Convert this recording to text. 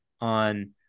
on